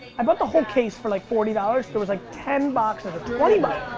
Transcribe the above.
i bought the whole case for like forty dollars. there was like ten boxes or twenty but